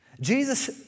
Jesus